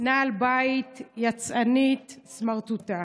"נעל בית", "יצאנית", "סמרטוטה"